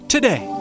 Today